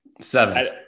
Seven